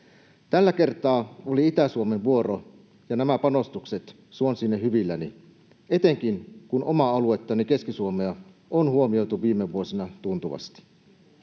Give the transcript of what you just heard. Tällä kertaa oli Itä-Suomen vuoro, ja nämä panostukset suon sinne hyvilläni — etenkin, kun omaa aluettani, Keski-Suomea, on huomioitu viime vuosina tuntuvasti.